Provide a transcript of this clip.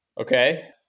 Okay